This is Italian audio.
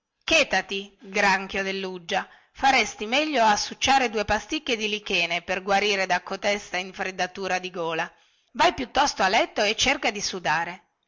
chétati granchio delluggia faresti meglio a succiare due pasticche di lichene per guarire da codesta infreddatura di gola vai piuttosto a letto e cerca di sudare